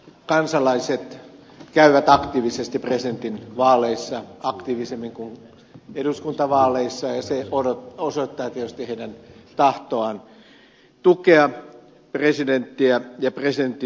kansalaiset äänestävät aktiivisesti presidentinvaaleissa aktiivisemmin kuin eduskuntavaaleissa ja se osoittaa tietysti heidän tahtoaan tukea presidenttiä ja presidentin valtaa